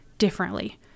differently